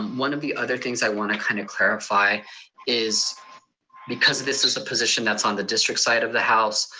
um one of the other things i wanna kind of clarify is because this is a position that's on the district side of the house,